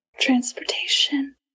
transportation